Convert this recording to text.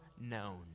known